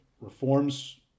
reforms